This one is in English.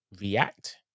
react